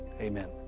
Amen